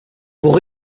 pour